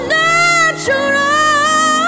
natural